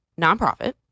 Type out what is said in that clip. nonprofit